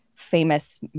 famous